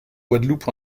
guadeloupe